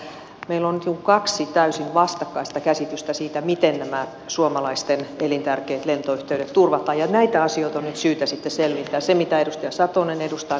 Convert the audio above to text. meillä on nyt niin kuin kaksi täysin vastakkaista käsitystä siitä miten nämä suomalaisten elintärkeät lentoyhteydet turvataan ja näitä asioita on nyt syytä sitten selvittää se mitä edustaja satonen edustaa ja se mitä te edustatte